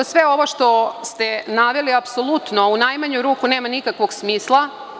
Sve ovo što ste naveli apsolutno u najmanju ruku nema nikakvog smisla.